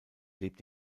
lebt